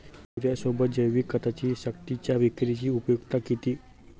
युरियासोबत जैविक खतांची सक्तीच्या विक्रीची उपयुक्तता किती?